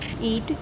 Eat